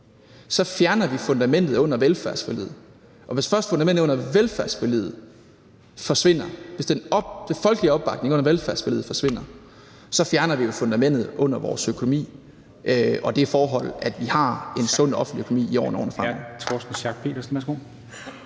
fjerner vi fundamentet under velfærdsforliget, og hvis først fundamentet under velfærdsforliget forsvinder, hvis den folkelige opbakning under velfærdsforliget forsvinder, så fjerner vi jo fundamentet under vores økonomi og det forhold, at vi har en sund offentlig økonomi i årene